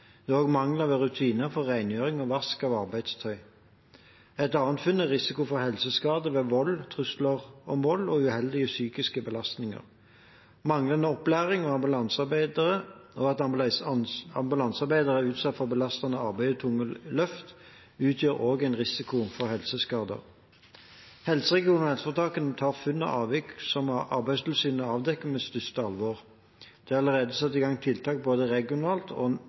Det er også mangler ved rutinene for rengjøring og vask av arbeidstøy. Et annet funn er risiko for helseskade ved vold, trusler om vold og uheldige psykiske belastninger. Manglende opplæring av ambulansearbeidere og at ambulansearbeidere er utsatt for belastende arbeid og tunge løft, utgjør også en risiko for helseskader. Helseregionene og helseforetakene tar funn og avvik som Arbeidstilsynet avdekker, på største alvor. Det er allerede satt i gang tiltak både regionalt og